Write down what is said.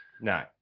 No